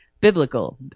Biblical